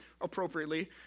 appropriately